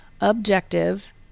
Objective